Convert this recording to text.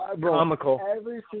Comical